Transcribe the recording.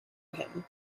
him